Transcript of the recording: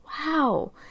Wow